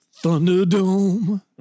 Thunderdome